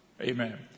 Amen